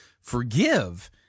forgive